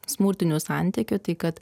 smurtinių santykių tai kad